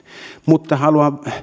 mutta haluan